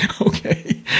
Okay